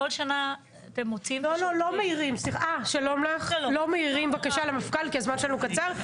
כל שנה אתם מוציאים --- לא מעירים למפכ"ל כי הזמן שלנו קצר.